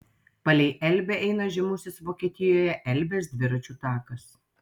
palei elbę eina žymusis vokietijoje elbės dviračių takas